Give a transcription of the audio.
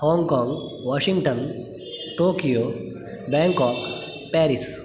Hong Kong Washington Tokyo Bangkok Paris